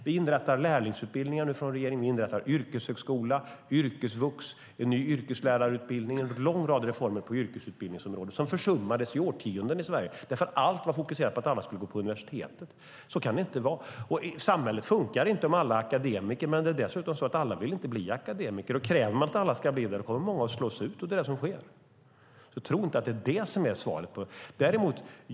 Nu inrättar vi från regeringens sida lärlingsutbildningar. Vi inrättar yrkeshögskola, yrkesvux, en ny yrkeslärarutbildning. Vi gör en lång rad reformer på yrkesutbildningsområdet, som i årtionden försummades i Sverige. Allt var nämligen fokuserat på att alla skulle gå på universitetet. Så kan det inte vara. Samhället fungerar inte om alla är akademiker. Dessutom vill alla inte bli akademiker. Kräver man att alla ska bli det kommer många att slås ut. Det är vad som sker. Tro därför inte att det är det som är svaret.